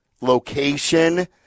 location